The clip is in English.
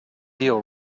deal